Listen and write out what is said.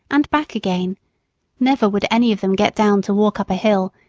and back again never would any of them get down to walk up a hill,